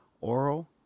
oral